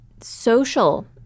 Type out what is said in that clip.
social